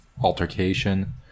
altercation